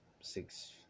six